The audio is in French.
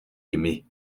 aimer